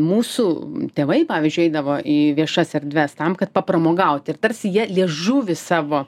mūsų tėvai pavyzdžiui eidavo į viešas erdves tam kad papramogaut ir tarsi jie liežuvį savo